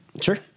Sure